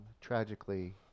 tragically